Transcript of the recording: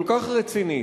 כל כך רצינית.